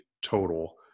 total